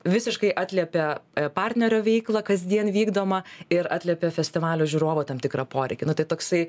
visiškai atliepia partnerio veiklą kasdien vykdomą ir atliepia festivalio žiūrovo tam tikrą poreikį nu tai toksai